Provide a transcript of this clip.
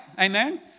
Amen